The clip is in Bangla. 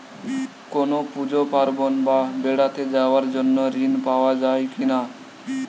কোনো পুজো পার্বণ বা বেড়াতে যাওয়ার জন্য ঋণ পাওয়া যায় কিনা?